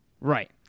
Right